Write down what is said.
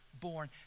born